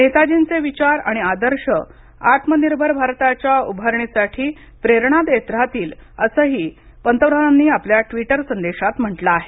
नेतार्जीचे विचार आणि आदर्श आत्मनिर्भर भारताच्या उभारणीसाठी प्रेरणा देत राहतील असही पंतप्रधानांनी आपल्या ट्वीत संदेशात म्हटलं आहे